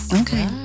Okay